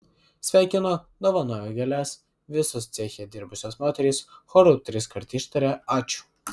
sveikino dovanojo gėles visos ceche dirbusios moterys choru triskart ištarė ačiū